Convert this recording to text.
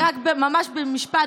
רק ממש במשפט,